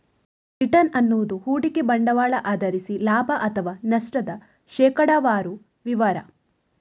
return ಅನ್ನುದು ಹೂಡಿಕೆ ಬಂಡವಾಳ ಆಧರಿಸಿ ಲಾಭ ಅಥವಾ ನಷ್ಟದ ಶೇಕಡಾವಾರು ವಿವರ